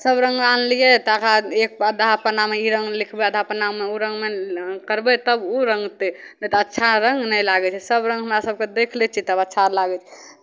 सभ रङ्ग आनलियै तकर बाद एक आधा पन्नामे ई रङ्ग लिखबा लेलियै एक आधा पन्नामे ओ रङ्ग करबै तब ओ रङ्गतै तऽ अच्छा रङ्ग नहि लागै छै सभरङ्ग हमरा सभके देख लै छियै तब अच्छा लागै